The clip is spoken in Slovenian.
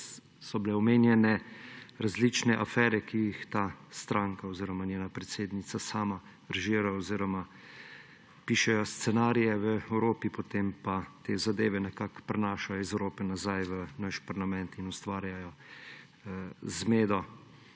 so bile omenjene različne afere, ki jih ta stranka oziroma njena predsednica sama režira oziroma pišejo scenarije v Evropi, potem pa te zadeve nekako prinašajo iz Evrope nazaj v naš parlament in ustvarjajo zmedo